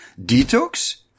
detox